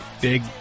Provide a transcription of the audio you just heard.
big